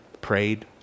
prayed